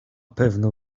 pewno